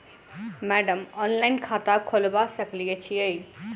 Madam online खाता खोलबा सकलिये छीयै?